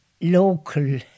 local